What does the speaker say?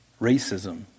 Racism